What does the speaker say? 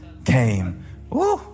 came